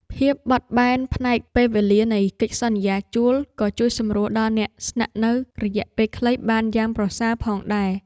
ភាពបត់បែនផ្នែកពេលវេលានៃកិច្ចសន្យាជួលក៏ជួយសម្រួលដល់អ្នកស្នាក់នៅរយៈពេលខ្លីបានយ៉ាងប្រសើរផងដែរ។